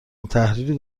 التحریر